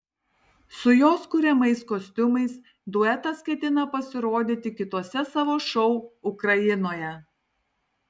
su jos kuriamais kostiumais duetas ketina pasirodyti kituose savo šou ukrainoje